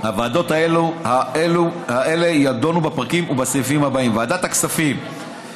הוועדות האלה ידונו בפרקים ובסעיפים הבאים: ועדת הכספים,